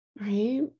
right